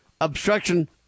Obstruction